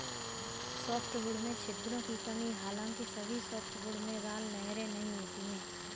softwood में छिद्रों की कमी हालांकि सभी सॉफ्टवुड में राल नहरें नहीं होती है